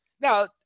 Now